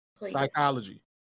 psychology